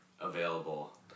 available